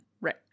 Right